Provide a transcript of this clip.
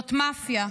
זאת מאפיה.